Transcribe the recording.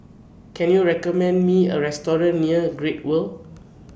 Can YOU recommend Me A Restaurant near Great World